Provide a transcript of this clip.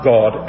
God